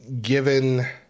given